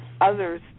others